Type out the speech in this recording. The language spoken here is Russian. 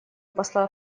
посла